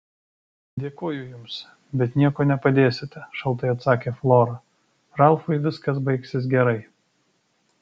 dėkoju jums bet niekuo nepadėsite šaltai atsakė flora ralfui viskas baigsis gerai